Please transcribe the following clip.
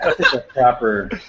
Proper